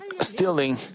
stealing